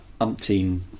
umpteen